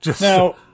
Now